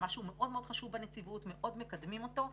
כמשהו מאוד מאוד חשוב בנציבות ומאוד מקדמים אותו.